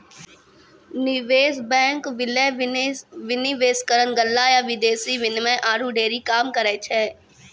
निवेश बैंक, विलय, विनिवेशकरण, गल्ला या विदेशी विनिमय आरु ढेरी काम करै छै